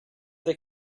they